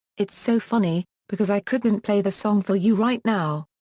it's so funny, because i couldn't play the song for you right now.